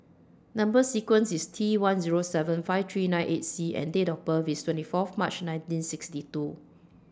Number sequence IS T one Zero seven five three nine eight C and Date of birth IS twenty Fourth March nineteen sixty two